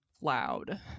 loud